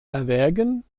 erwägen